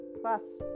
plus